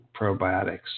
probiotics